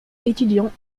étudiants